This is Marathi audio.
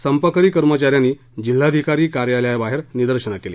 संपकरी कर्मचाऱ्यांनी जिल्हाधिकारी कार्यालयाबाहेर निदर्शनं केली